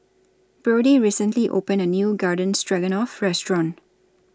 Brody recently opened A New Garden Stroganoff Restaurant